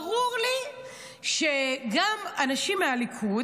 ברור לי שגם אנשים מהליכוד,